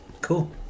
cool